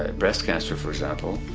ah breast cancer, for example.